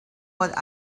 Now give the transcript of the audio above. what